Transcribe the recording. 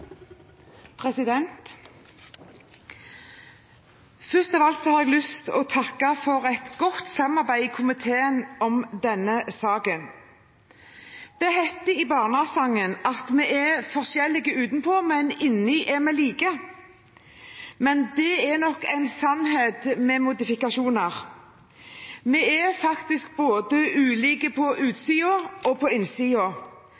Først av alt har jeg lyst til å takke for et godt samarbeid i komiteen om denne saken. Det hette i barnesangen at vi er forskjellige utenpå, men inni er vi like. Det er nok en sannhet med modifikasjoner. Vi er faktisk ulike både på utsiden og på